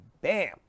BAM